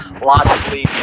logically